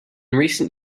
recent